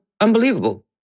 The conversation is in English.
unbelievable